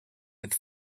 with